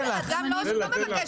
גבי.